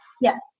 Yes